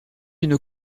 une